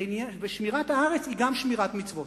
ושמירת הארץ היא גם שמירת מצוות,